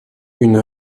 une